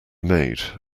made